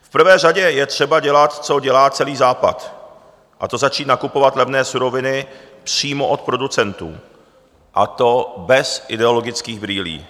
V prvé řadě je třeba dělat, co dělá celý Západ, a to začít nakupovat levné suroviny přímo od producentů, a to bez ideologických brýlí.